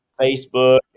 Facebook